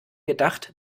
gedacht